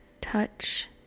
touch